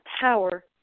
power